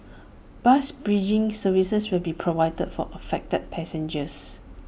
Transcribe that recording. bus bridging services will be provided for affected passengers